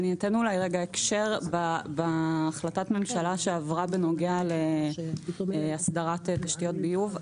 אני אתן אולי הקשר בהחלטת ממשלה שעברה בנוגע להסדרת תשתיות ביוב.